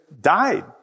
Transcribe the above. died